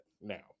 now